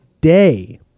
day